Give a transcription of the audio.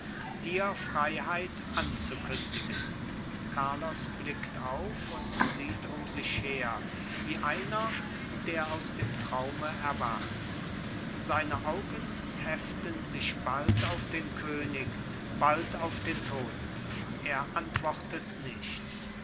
dir freiheit anzukündigen carlos blickt auf und sieht um sich her wie einer der aus dem traum erwacht seine augen heften sich bald auf den könig bald auf den toten er antwortet nicht